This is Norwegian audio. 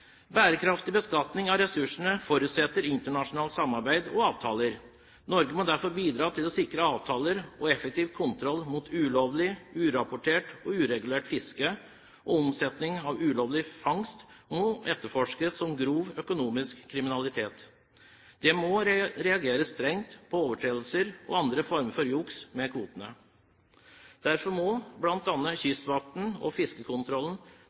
Bærekraftig beskatning av ressursene forutsetter internasjonalt samarbeid og avtaler. Norge må derfor bidra til å sikre avtaler og effektiv kontroll mot ulovlig, urapportert og uregulert fiske, og omsetning av ulovlig fangst må etterforskes som grov økonomisk kriminalitet. Det må reageres strengt på overtredelser og andre former for juks med kvotene. Derfor må bl.a. Kystvakten og fiskekontrollen